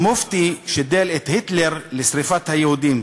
המופתי שידל את היטלר לשרפת היהודים,